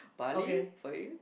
Bali for you